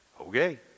Okay